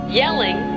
yelling